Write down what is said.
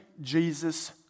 Jesus